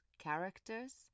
characters